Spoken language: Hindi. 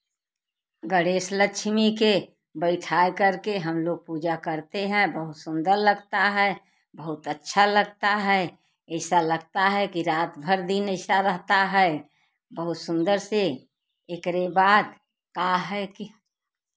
गणेश लक्ष्मी के बइठाय करके हम लोग पूजा करते हैं बहुत सुंदर लगता है बहुत अच्छा लगता है ऐसा लगता है कि रात भर दिन ऐसा रहता है बहुत सुंदर से एकरे बाद का है कि